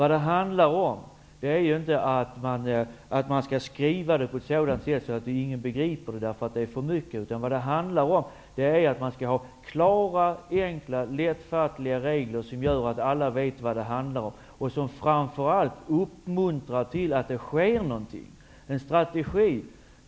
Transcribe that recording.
Det handlar ju inte om att man skall skriva på ett sätt så att ingen begriper därför att det är för mycket, utan vad det i stället handlar om är att man skall ha klara, enkla och lättfattliga regler som gör att alla vet vad det handlar om, och som framför allt uppmuntrar till att någonting sker.